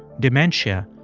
dementia,